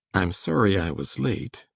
i'm sorry i was late,